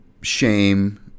shame